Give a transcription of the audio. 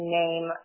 name